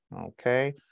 Okay